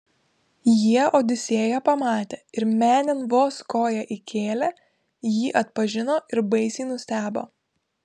jie odisėją pamatė ir menėn vos koją įkėlę jį atpažino ir baisiai nustebo